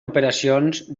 operacions